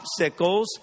popsicles